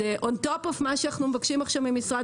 בנוסף על מה שאנו מבקשים עכשיו ממשרד